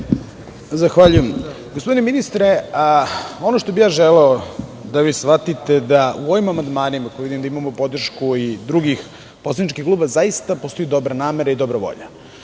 Zahvaljujem. Gospodine ministre, ono što bih ja želeo, da vi shvatite da u ovim amandmanima, u kojima vidim da imamo podršku i drugih poslaničkih klubova, zaista postoji dobra namera i dobra volja. Dobra